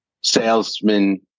salesman